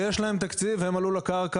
יש מתיישבים ויש להם תקציב והם עלו לקרקע,